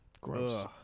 Gross